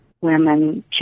women